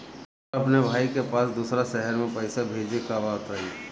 हमरा अपना भाई के पास दोसरा शहर में पइसा भेजे के बा बताई?